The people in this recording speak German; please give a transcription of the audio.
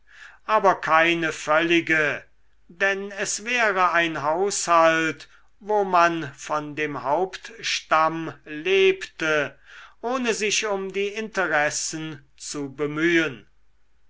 aber keine völlige denn es wäre ein haushalt wo man von dem hauptstamm lebte ohne sich um die interessen zu bemühen